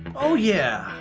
oh, yeah!